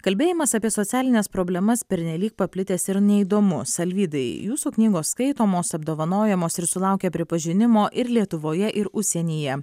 kalbėjimas apie socialines problemas pernelyg paplitęs ir neįdomus alvydai jūsų knygos skaitomos apdovanojamos ir sulaukia pripažinimo ir lietuvoje ir užsienyje